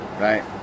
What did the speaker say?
Right